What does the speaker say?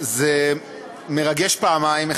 זה מרגש פעמיים,